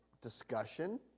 discussion